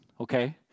Okay